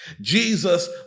Jesus